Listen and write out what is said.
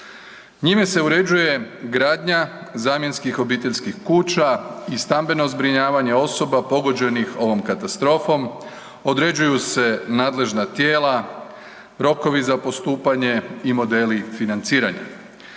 Njime se uređuje gradnja zamjenskih obiteljskih kuća i stambeno zbrinjavanje osoba pogođenih ovom katastrofom, određuju se nadležna tijela, rokovi za postupanje i modeli financiranja.